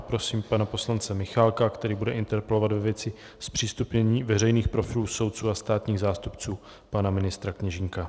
Prosím pana poslance Michálka, který bude interpelovat ve věci zpřístupnění veřejných profilů soudců a státních zástupců pana ministra Kněžínka.